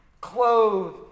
Clothe